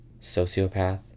sociopath